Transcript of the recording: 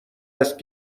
است